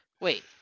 Wait